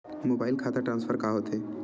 Mobile खाता transfer का होथे?